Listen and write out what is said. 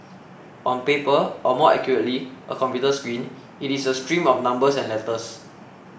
on paper or more accurately a computer screen it is a stream of numbers and letters